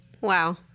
Wow